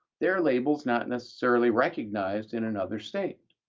their label is not necessarily recognized in another state,